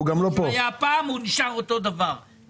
הוא נשאר אותו דבר כמו שהיה פעם.